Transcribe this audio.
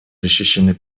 защищены